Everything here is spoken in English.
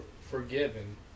forgiven